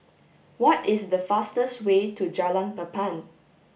what is the fastest way to Jalan Papan